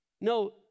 No